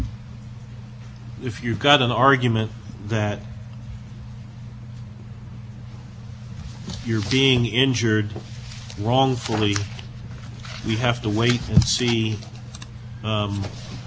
you're being injured wrongfully we have to wait and see how it gets resolved when you present that argument to the to the plan